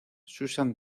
susan